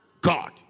God